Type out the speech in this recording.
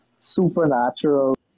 supernatural